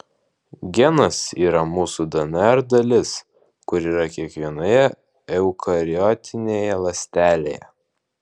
genas yra mūsų dnr dalis kuri yra kiekvienoje eukariotinėje ląstelėje